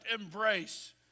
embrace